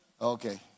okay